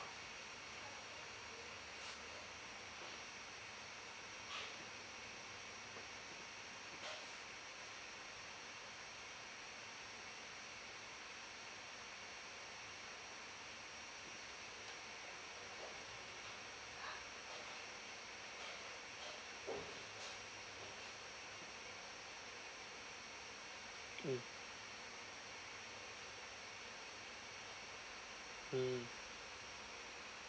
mm mm